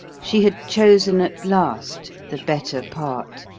she had chosen at last the better part,